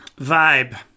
vibe